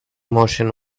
motion